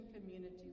community